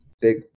Big